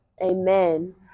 amen